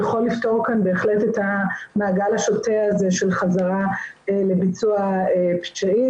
יכול לפתור כאן בהחלט את המעגל השוטה הזה של חזרה לביצוע פשעים,